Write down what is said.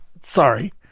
Sorry